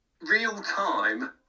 real-time